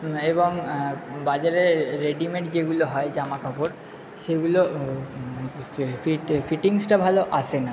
এবং বাজারে রেডিমেড যেগুলো হয় জামা কাপড় সেগুলো ফিটিংসটা ভালো আসে না